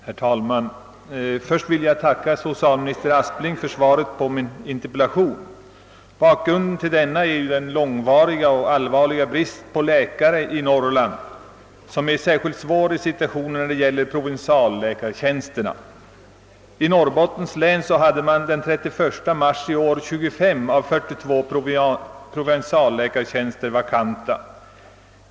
Herr talman! Först vill jag tacka socialminister Aspling för svaret på min interpellation. Bakgrunden till denna är den långvariga och allvarliga bristen på läkare i Norrland, som är särskilt svår när det gäller provinsialläkartjänsterna. I Norrbottens län hade man den 31 mars i år 25 av 42 provinsialläkartjänster vakanta.